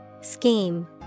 Scheme